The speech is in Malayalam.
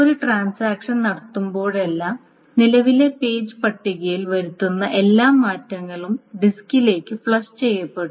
ഒരു ട്രാൻസാക്ഷൻ നടത്തുമ്പോഴെല്ലാം നിലവിലെ പേജ് പട്ടികയിൽ വരുത്തുന്ന എല്ലാ മാറ്റങ്ങളും ഡിസ്കിലേക്ക് ഫ്ലഷ് ചെയ്യപ്പെടും